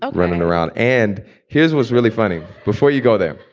ah running around and here's was really funny. before you go there.